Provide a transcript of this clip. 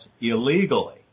illegally